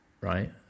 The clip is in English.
right